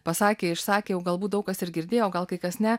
pasakė išsakė o galbūt daug kas ir girdėjo gal kai kas ne